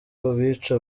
abica